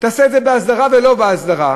תעשה את זה בהסדרה ולא בהסדרה.